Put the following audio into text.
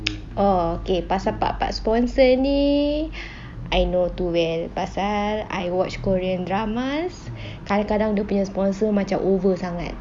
okay pasal bapa sponsor ni I know too well pasal I watch korean dramas kadang-kadang dia punya sponsor macam over sangat